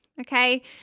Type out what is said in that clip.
okay